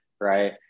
right